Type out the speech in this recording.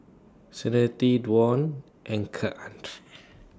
Serenity Dwan and Keandre